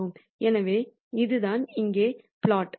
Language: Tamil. எனவே அதுதான் இங்கே ப்ளட்